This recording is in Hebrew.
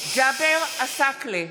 ג'אבר עסאקלה,